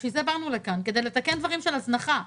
לכן באנו לכאן, כדי לתקן דברים של הזנחה.